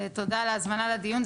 תודה על ההזמנה לדיון,